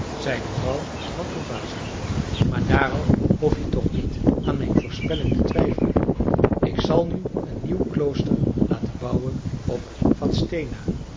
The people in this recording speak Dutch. zei de vrouw van ulvasa maar daarom hoef je toch niet aan mijn voorspelling te twijfelen ik zal nu een nieuw klooster laten bouwen op